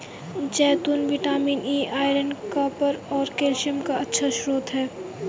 जैतून vitamin E, iron, copper और calcium का अच्छा स्रोत हैं